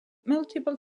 multiple